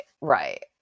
right